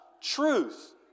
truth